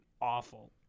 awful